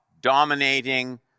dominating